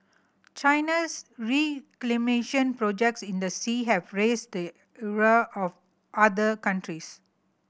China's reclamation projects in the sea have raised the ire of other countries